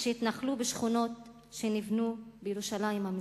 שהתנחלו בשכונות שנבנו בירושלים המזרחית.